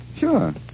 Sure